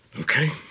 Okay